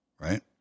right